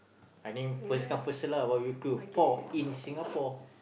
I mean first come first serve lah what would you queue for in Singapore